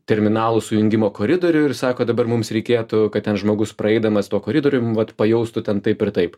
terminalų sujungimo koridorių ir sako dabar mums reikėtų kad ten žmogus praeidamas tuo koridorium vat pajaustų ten taip ir taip